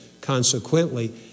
consequently